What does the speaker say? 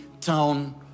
town